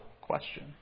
question